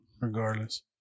regardless